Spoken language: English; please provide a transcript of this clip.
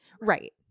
right